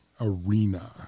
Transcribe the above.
arena